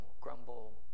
grumble